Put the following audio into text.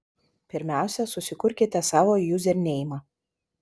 pirmiausia susikurkite savo juzerneimą